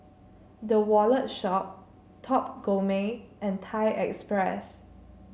The Wallet Shop Top Gourmet and Thai Express